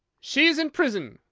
she's in prison,